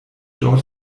dort